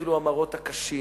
ויתחילו המראות הקשים,